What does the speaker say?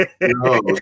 No